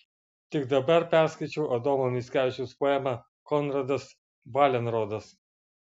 tik dabar perskaičiau adomo mickevičiaus poemą konradas valenrodas